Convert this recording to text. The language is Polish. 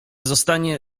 zostanie